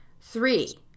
Three